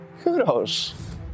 Kudos